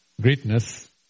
greatness